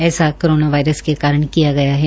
ऐसा corona virus के कारण किया गया है